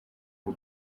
ubu